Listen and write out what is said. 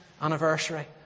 anniversary